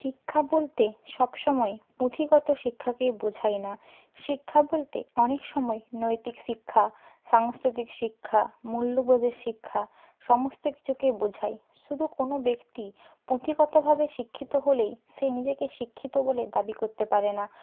শিক্ষা বলতে সব সময় পুঁথিগত শিক্ষাকেই বোঝায় না শিক্ষা বলতে অনেক সময় নৈতিক শিক্ষা সাংস্কৃতিক শিক্ষা মূল্যবোধের শিক্ষা সমস্ত কিছুকেই বোঝায় শুধু কোনো ব্যক্তি পুঁথিগতভাবে শিক্ষিত হলেই সে নিজেকে শিক্ষিত বলে দাবি করতে পারে না